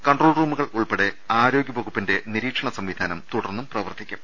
control റൂമുകൾ ഉൾപ്പെടെ ആരോഗൃ വകുപ്പിന്റെ നിരീക്ഷണ സംവിധാനം തുടർന്നും പ്രവർത്തിക്കും